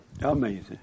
Amazing